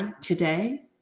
today